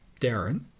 darren